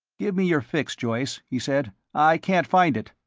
give me your fix, joyce, he said. i can't find it.